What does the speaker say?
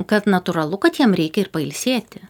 kad natūralu kad jiem reikia ir pailsėti